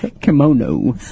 Kimono